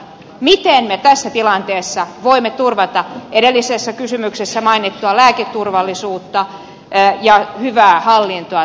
miten me tässä tilanteessa voimme turvata edellisessä kysymyksessä mainittua lääketurvallisuutta ja hyvää hallintoa tälläkin alalla